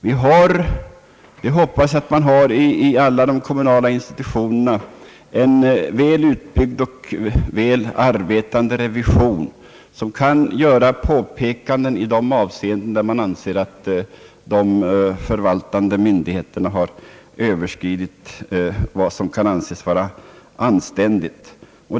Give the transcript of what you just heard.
Vi hoppas att man i alla de kommunala institutionerna har en väl utbyggd och effektivt arbetande revision, som kan göra påpekanden när den finner att de förvaltande myndigheterna överskridit vad som kan anses vara anständigt.